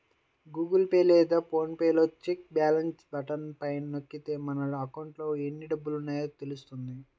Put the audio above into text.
Google Pay లేదా PhonePe లో check balance button పైన నొక్కితే మన అకౌంట్లో ఎన్ని డబ్బులున్నాయో తెలుస్తుంది